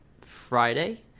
friday